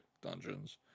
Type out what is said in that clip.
dungeons